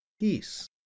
peace